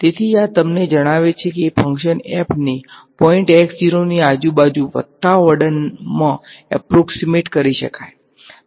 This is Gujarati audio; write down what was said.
તેથી આ તમને જણાવે છે કે ફંક્શન f ને પોઈંટ ની આજુબાજુ વધતા ઓર્ડરના એપ્રોક્ષીમેટ કરી શકાય છે